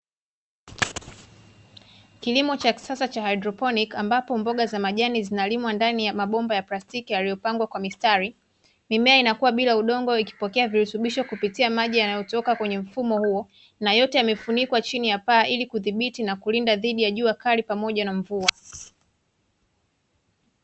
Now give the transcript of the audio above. Kilimo cha kisasa cha hydroponi ambapo mboga za majani zinalimwa ndani ya mabomba ya plastiki yaliyopangwa kwa mistari. Mimea inakuwa bila udongo ikipokea virutubisho kupitia maji yanayotoka kwenye mfumo huo na yote yamefunikwa chini ya paa ilikudhibiti na kulinda dhidi ya jua kali pamoja na mvua.